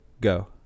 go